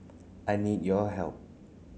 I need your help